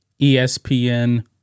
ESPN